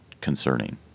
concerning